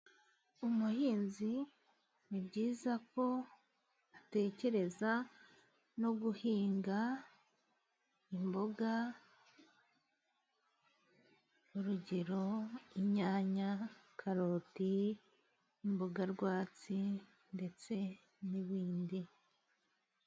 Umuhinzi ni byiza ko atekereza no guhinga imboga, urugero: inyanya, karoti, imboga rwatsi ndetse n'ibindi.